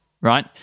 right